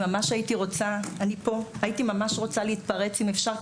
הייתי ממש רוצה להתפרץ אם אפשר,